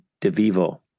DeVivo